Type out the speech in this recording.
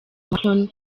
macron